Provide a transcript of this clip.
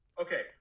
okay